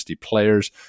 players